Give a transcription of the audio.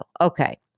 Okay